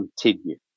continue